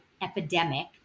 epidemic